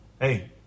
Hey